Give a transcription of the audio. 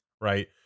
right